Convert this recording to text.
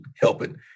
helping